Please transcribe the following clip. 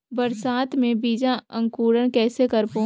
बरसात मे बीजा अंकुरण कइसे करबो?